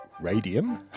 radium